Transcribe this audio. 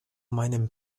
meinem